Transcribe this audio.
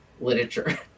literature